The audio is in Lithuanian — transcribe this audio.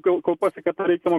kol kol pasiekia tą reikiamą